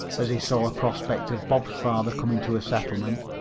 as he saw a prospect of bob's father coming to a settlement.